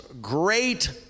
great